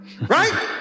Right